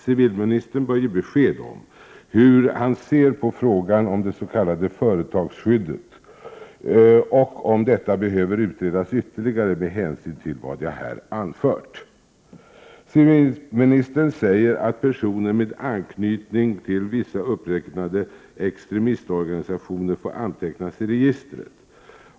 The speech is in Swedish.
Civilministern bör ge besked om hur han ser på frågan om det s.k. företagsskyddet och om detta behöver utredas ytterligare med hänsyn till vad jag här anfört. Civilministern säger att personer med anknytning till vissa uppräknade extremistorganisationer får antecknas i registret.